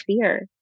fear